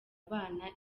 bana